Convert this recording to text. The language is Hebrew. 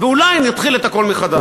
ואולי נתחיל את הכול מחדש.